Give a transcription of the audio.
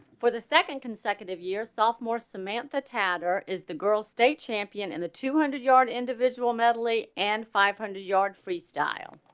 for the second consecutive year, sophomore samantha tat or is the girl's state champion in the two hundred yard individual medley and five hundred yard. freestyle